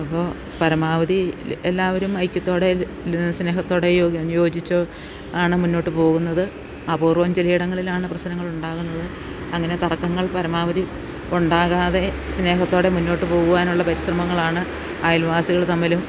അപ്പോൾ പരമാവധി എല്ലാവരും ഐക്യത്തോടെ സ്നേഹത്തോടെയോ യോജിച്ചോ ആണ് മുന്നോട്ട് പോകുന്നത് അപൂർവം ചിലയിടങ്ങളിലാണ് പ്രശ്നങ്ങൾ ഉണ്ടാകുന്നത് അങ്ങനെ തർക്കങ്ങൾ പരമാവധി ഉണ്ടാകാതെ സ്നേഹത്തോടെ മുന്നോട്ട് പോകുവാനുള്ള പരിശ്രമങ്ങളാണ് അയൽവാസികൾ തമ്മിലും